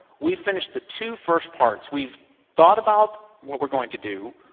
we finished the two first parts. we've thought about what we're going to do.